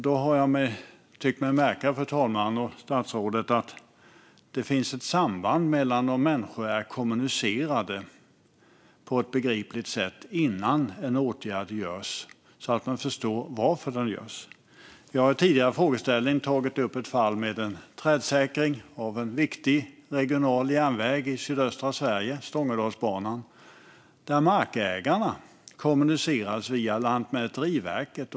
Då, fru talman och statsrådet, har jag tyckt mig märka att det finns ett samband med om det har kommunicerats med människor på ett begripligt sätt innan en åtgärd görs, så att man förstår varför den görs. Jag har i en tidigare frågeställning tagit upp ett fall med trädsäkring av en viktig regional järnväg i sydöstra Sverige, Stångådalsbanan. Där kommunicerades med markägarna via Lantmäteriet.